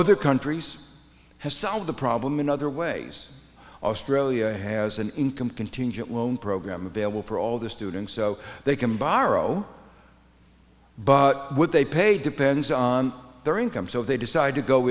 other countries have solved the problem in other ways australia has an income contingent loan program available for all the students so they can borrow but what they pay depends on their income so if they decide to go